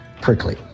prickly